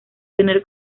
tener